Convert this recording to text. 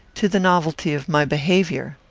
to the novelty of my behaviour.